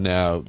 Now